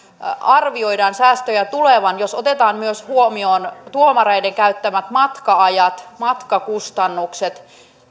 arvioidaan säästöjä tulevan jos otetaan huomioon myös tuomareiden käyttämät matka ajat matkakustannukset